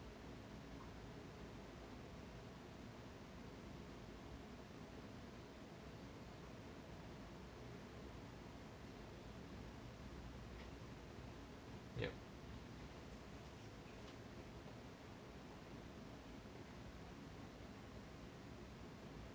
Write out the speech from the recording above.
yup